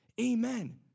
Amen